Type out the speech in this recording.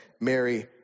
Mary